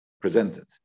presented